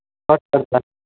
कब करता